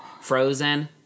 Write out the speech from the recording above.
frozen